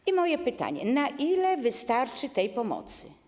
I moje pytanie: Na ile wystarczy tej pomocy?